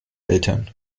eltern